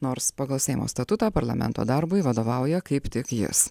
nors pagal seimo statutą parlamento darbui vadovauja kaip tik jis